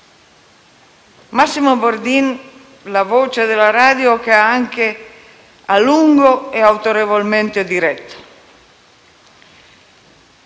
Massimo Bordin, la voce della radio che ha anche e a lungo autorevolmente diretto. La